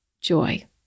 joy